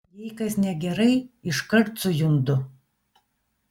jei kas negerai iškart sujundu